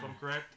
correct